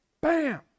bam